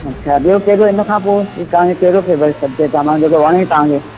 अच्छा ॿियो कहिड़ो हिनखां पोइ तव्हां खे कहिड़ो फेवरेट सब्जेक्ट आहे मां जेको वणे तव्हांखे